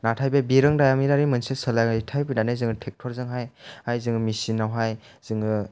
नाथाय बे बिरोंदामिनारि मोनसे सोलोंथाइ फैनानै जोङो ट्रेक्टरजोंहाय जोङो मिसिनावहाय जोङो